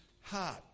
heart